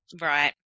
right